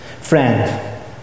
Friend